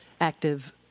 active